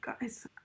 guys